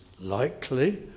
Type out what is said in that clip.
likely